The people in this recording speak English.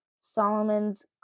Solomon's